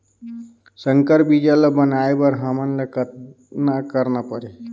संकर बीजा ल बनाय बर हमन ल कतना करना परही?